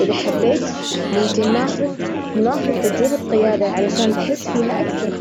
إذا حبيت ممكن ناخذ-ناخذ تجربة قيادة علشان تحس فيها اكثر.